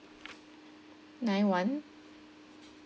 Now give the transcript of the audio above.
nine one